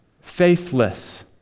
faithless